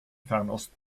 fernost